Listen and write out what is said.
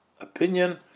opinion